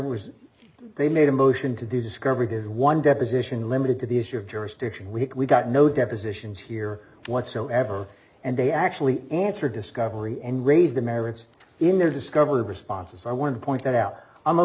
was they made a motion to do discovery is one deposition limited to the issue of jurisdiction week we've got no depositions here whatsoever and they actually answer discovery and raise d the merits in their discovery responses i want to point that out i'm a